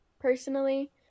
personally